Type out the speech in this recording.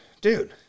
Dude